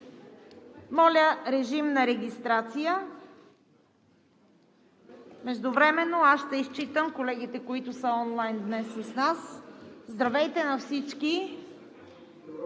Моля, режим на регистрация. Междувременно аз ще изчитам колегите, които са онлайн днес с нас. Здравейте, на всички!